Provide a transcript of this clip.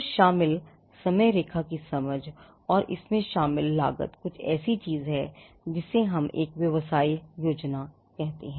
तो शामिल समयरेखा की समझ और इसमें शामिल लागत कुछ ऐसी चीज है जिसे हम एक व्यवसाय योजना कहते हैं